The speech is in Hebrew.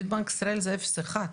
בבנק ישראל זה אפס אחד.